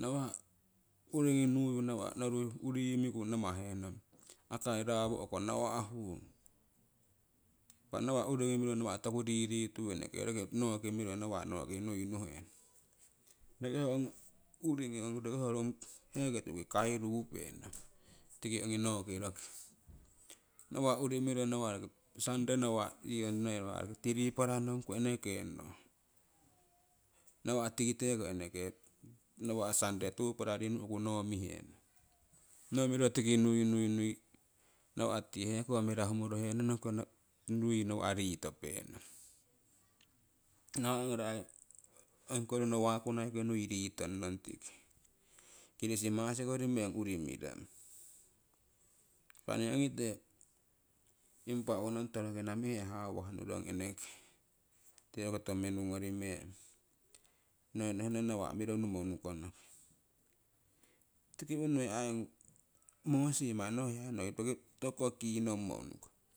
nawa' urigii nuu' yuu' noru urigii yii miku ' 'namahe nong akai raawoohko nawa' huung impa nawa' uringi miro toku riri tuu yuu eneke nooki miro nawah nooki niu nuhenong roki ho ong urinii rong hung no heeko tuuki kairupenong tiki ongi nooki roki nawah urii miro nawa roki sunday nawa rokii threepla nopunnong eneke no nawa' tikite ko enekeko nawa' sunday tupla runnuh ku nooki mihenong noo miro tiki niu niu nawah ti heko mirahumorohenono niu nawa ritopenong nawah gnori aiongiko ronno wakunnai ki nuii riitonnong tiki kirisimasikori meng urii mirong. Impah nii ongitee impah owonong torokina mihe hawah nurong eneke tii ongoto menu ngori meng no nohno nawa' miro numo nukono. Tiki unui moosi manni ho hia noii toku ko kinommo unukong.